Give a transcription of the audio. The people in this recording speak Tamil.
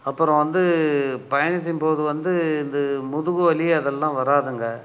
அப்பறம் வந்து பயணத்தின் போது வந்து இந்த முதுகு வலி அதெல்லாம் வராதுங்க